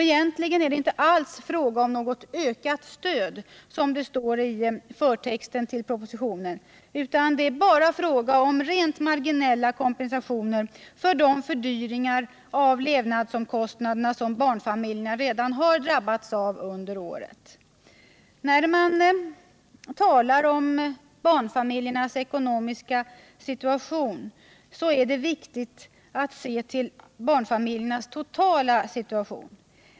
Egentligen är det inte alls fråga om något stöd, som det står i förtexten till propositionen, utan det är bara fråga om marginella kompensationer för de fördyringar i levnadsomkostnaderna som barnfamiljerna redan har drabbats av under året. När man talar om barnfamiljernas ekonomiska villkor så är det viktigt att se till deras totala situation.